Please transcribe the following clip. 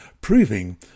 proving